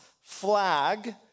flag